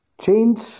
change